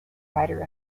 writer